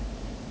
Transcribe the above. !huh!